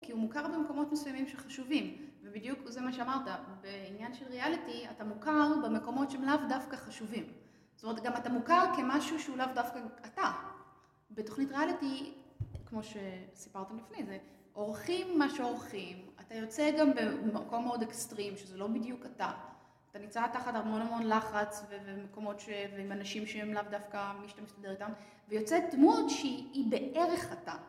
כי הוא מוכר במקומות מסוימים שחשובים, ובדיוק זה מה שאמרת, בעניין של ריאליטי, אתה מוכר במקומות שהן לאו דווקא חשובים. זאת אומרת, גם אתה מוכר כמשהו שהוא לאו דווקא אתה. בתוכנית ריאליטי, כמו שסיפרת לפני, זה עורכים מה שעורכים, אתה יוצא גם במקום מאוד אקסטרים, שזה לא בדיוק אתה, אתה נימצא תחת המון המון לחץ ועם אנשים שהם לאו דווקא מי שאתה מסתדר איתם, ויוצא דמות שהיא בערך אתה.